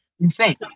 insane